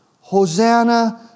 Hosanna